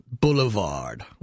Boulevard